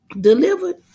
delivered